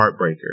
heartbreaker